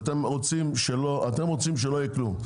אתם רוצים שלא יהיה כלום,